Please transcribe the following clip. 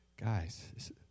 guys